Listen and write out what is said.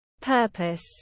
purpose